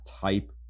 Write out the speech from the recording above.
type